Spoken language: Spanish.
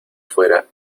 fuera